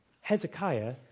Hezekiah